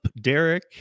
Derek